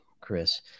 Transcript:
Chris